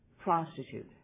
prostitute